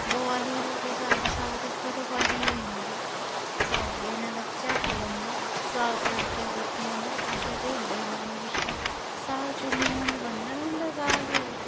बोआलुड़ो किसा दा बी साग तां फटोफट्ट ही होई जंदी सागै ने ते झट्ट बंदा साग तड़कै सुट्टना अग्गै टोडा बनाने पिच्छै साग चुल्ली मुंढ बनदा रौंह्दा साग